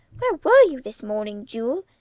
where were you this morning, jule?